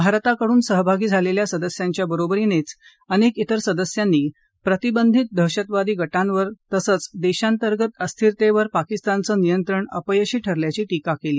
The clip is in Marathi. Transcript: भारताकडून सहभागी सदस्यांबरोबरीने अनेक विर सदस्यांनी प्रतिबंधित दहशतवादी गटांवर वर तसंच देशातर्गंत अस्थिरतेवर पाकिस्तान नियंत्रण अपयशी ठरल्याची टिका केली